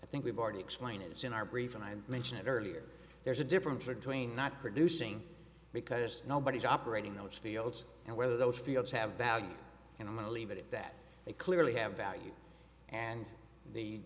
i think we've already explained it was in our brief and i mentioned earlier there's a difference or tween not producing because nobody is operating those fields and whether those fields have value and leave it at that they clearly have value and the